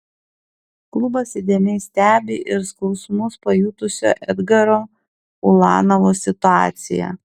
klubas įdėmiai stebi ir skausmus pajutusio edgaro ulanovo situaciją